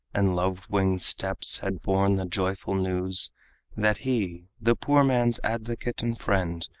and love-winged steps had borne the joyful news that he, the poor man's advocate and friend,